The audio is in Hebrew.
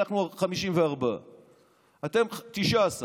אנחנו 54. אתם 19,